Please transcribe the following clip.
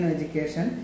Education